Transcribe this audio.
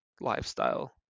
lifestyle